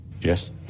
Yes